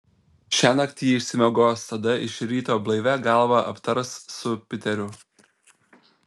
šiąnakt ji išsimiegos tada iš ryto blaivia galva aptars su piteriu